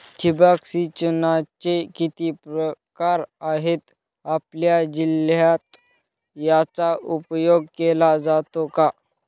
ठिबक सिंचनाचे किती प्रकार आहेत? आपल्या जिल्ह्यात याचा उपयोग केला जातो का?